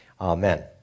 amen